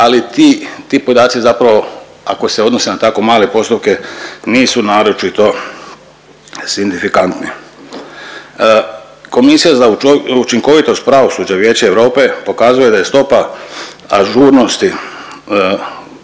ti, ti podaci zapravo ako se odnose na tako male postotke nisu naročito signifikantni. Komisija za učinkovitost pravosuđa Vijeća Europe pokazuje da je stopa ažurnosti